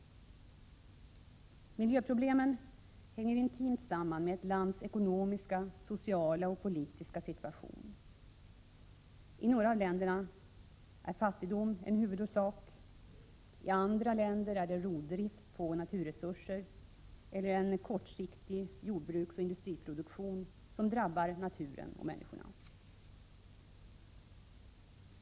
Miljöproblemen hänger intimt samman med ett lands ekonomiska, sociala och politiska situation. I några länder är fattigdom en huvudorsak. I andra länder är det rovdrift på naturresurser eller en kortsiktig jordbruksoch industriproduktion som drabbar naturen och människorna.